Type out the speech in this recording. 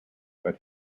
but